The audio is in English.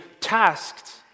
tasked